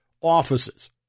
offices